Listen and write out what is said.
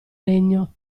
regno